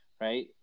right